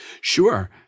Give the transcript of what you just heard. Sure